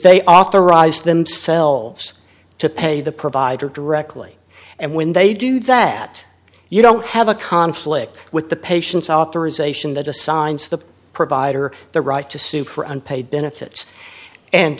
they authorize themselves to pay the provider directly and when they do that you don't have a conflict with the patient's authorization that assigns the provider the right to sue for unpaid benefits and